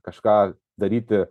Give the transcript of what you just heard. kažką daryti